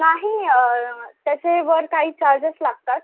नाही त्याचेवर काही चार्जेस लागतात